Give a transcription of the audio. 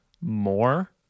more